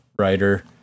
writer